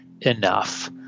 enough